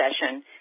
session